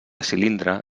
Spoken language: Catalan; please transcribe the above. cilindre